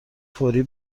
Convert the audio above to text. فوری